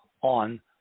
on